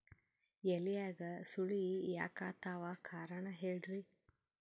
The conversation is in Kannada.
ಎಲ್ಯಾಗ ಸುಳಿ ಯಾಕಾತ್ತಾವ ಕಾರಣ ಹೇಳ್ರಿ?